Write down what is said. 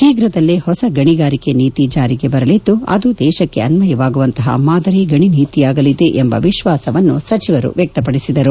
ಶೀಘ್ರದಲ್ಲೇ ಹೊಸ ಗಣಿಗಾರಿಕೆ ನೀತಿ ಜಾರಿಗೆ ಬರಲಿದ್ದು ಅದು ದೇಶಕ್ಷಿ ಅನ್ವಯವಾಗುವಂತಪ ಮಾದರಿ ಗಣಿ ನೀತಿಯಾಗಲಿದೆ ಎಂಬ ವಿಶ್ವಾಸವನ್ನು ಸಚಿವರು ವ್ಯಕ್ತಪಡಿಸಿದರು